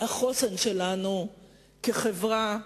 החוסן שלנו כחברה,